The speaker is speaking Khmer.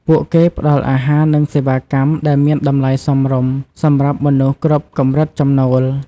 ពួកគេផ្តល់អាហារនិងសេវាកម្មដែលមានតម្លៃសមរម្យសម្រាប់មនុស្សគ្រប់កម្រិតចំណូល។